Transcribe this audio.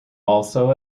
also